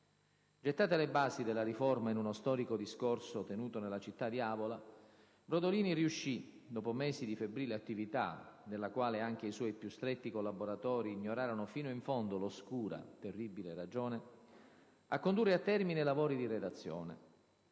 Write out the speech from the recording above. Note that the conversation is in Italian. Gettate le basi della riforma in uno storico discorso tenuto nella città di Avola, Brodolini riuscì, dopo mesi di febbrile attività - della quale anche i suoi più stretti collaboratori ignorarono fino in fondo l'oscura, terribile ragione -, a condurre a termine i lavori di redazione,